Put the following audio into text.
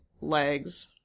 legs